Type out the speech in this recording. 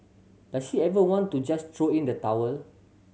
does she ever want to just throw in the towel